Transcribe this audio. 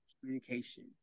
communication